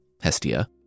Hestia